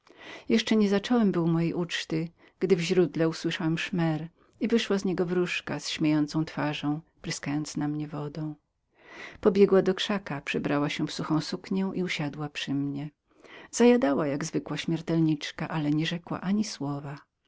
jeszcze nie zacząłem był mojej uczty gdy w źródle usłyszałem szmer i wyszła z niego wróżka z śmiejącą twarzą pryskając na mnie wodą pobiegła do krzaku przebrała się w suchę suknię i usiadła przy mnie zajadała jak zwykła śmiertelniczka ale nie rzekła ani słowa